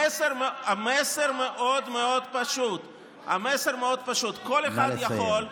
המסר מאוד מאוד פשוט: כל אחד יכול.